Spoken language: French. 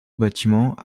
bâtiment